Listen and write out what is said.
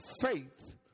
faith